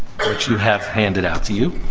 which you have handed out to you.